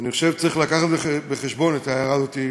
אני חושב שצריך להביא בחשבון את ההערה הזאת,